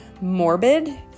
morbid